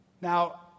Now